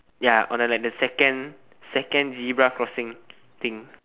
ya on like the second second zebra crossing thing